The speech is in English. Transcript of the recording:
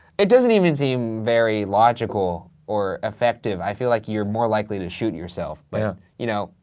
it doesn't even seem very logical or effective. i feel like you're more likely to shoot yourself. but, you know,